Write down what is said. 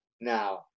now